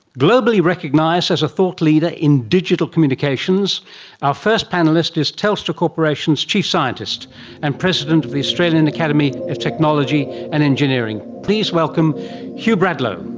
globally recognised as a thought leader in digital communications our first panellist is telstra corporation's chief scientist and president of the australian academy of technology and engineering. please welcome hugh bradlow.